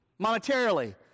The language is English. Monetarily